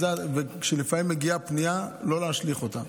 זה אומר שכשלפעמים מגיעה פנייה, לא להשליך אותה.